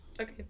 Okay